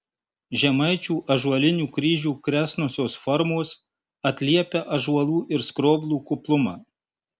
žemaičių ąžuolinių kryžių kresnosios formos atliepia ąžuolų ir skroblų kuplumą